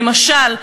למשל,